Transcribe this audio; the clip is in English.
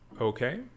Okay